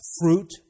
fruit